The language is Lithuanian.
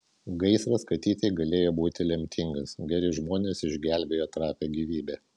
gaisras katytei galėjo būti lemtingas geri žmonės išgelbėjo trapią gyvybę